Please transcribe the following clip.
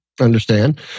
understand